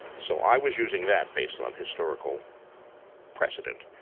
so, i was using that based on historical precedent.